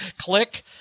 click